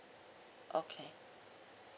okay